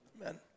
Amen